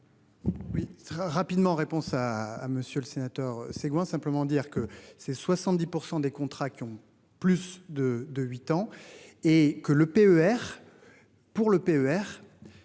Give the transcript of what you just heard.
très rapidement, réponse à à monsieur le sénateur segments simplement dire que c'est 70% des contrats qui ont plus de de 8 ans et que l'EPER. Pour l'EPER.